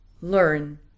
learn